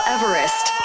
Everest